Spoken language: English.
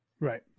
Right